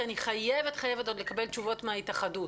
כי אני חייבת לקבל תשובות מההתאחות.